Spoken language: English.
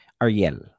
Ariel